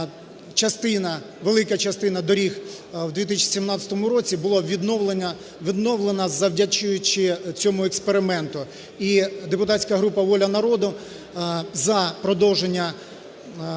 велика частина доріг у 2017 році була відновлена, завдячуючи цьому експерименту. І депутатська група "Воля народу" за продовження митного